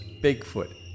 Bigfoot